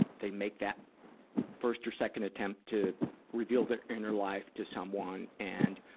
they make that first or second attempt to reveal their inner life to someone and,